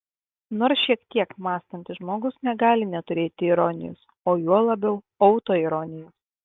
nors šiek tiek mąstantis žmogus negali neturėti ironijos o juo labiau autoironijos